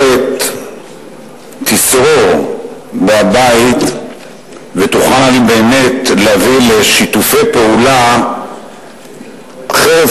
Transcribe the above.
תשרור בבית ותוכל באמת להביא לשיתופי פעולה חרף